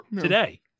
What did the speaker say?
today